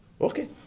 Okay